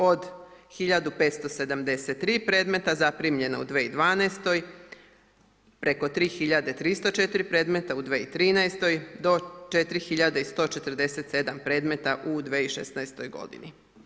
Od 1573 predmeta zaprimljeno u 2012. preko 3304 predmeta u 2013. do 4147 predmeta u 2016. godini.